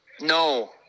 No